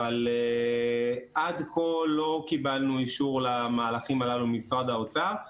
אבל עד כה לא קיבלנו אישור למהלכים הללו ממשרד האוצר.